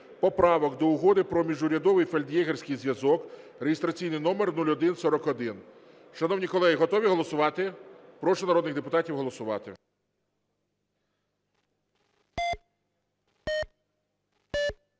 поправок до Угоди про Міжурядовий фельд'єгерський зв'язок (реєстраційний номер 0141). Шановні колеги, готові голосувати? Прошу народних депутатів голосувати.